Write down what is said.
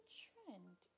trend